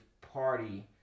party